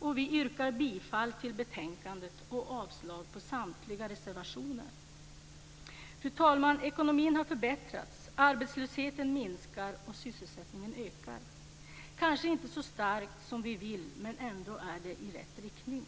Vänsterpartiet yrkar bifall till hemställan i betänkandet och avslag på samtliga reservationer. Fru talman! Ekonomin har förbättrats. Arbetslösheten minskar och sysselsättningen ökar, kanske inte så starkt som vi vill, men ändå går det i rätt riktning.